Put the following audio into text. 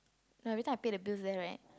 every time I pay the bills there right